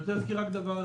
אני רוצה להזכיר דבר אחד,